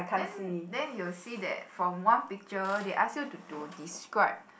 then then you'll see that from one picture they ask you to to describe